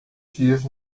dias